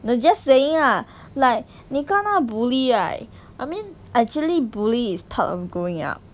the just saying ah like 你看她 bully right I mean actually bully is part of growing up